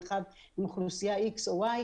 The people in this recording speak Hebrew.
מרחב עם אוכלוסייה כזאת או אחרת,